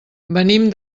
venim